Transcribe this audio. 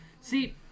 See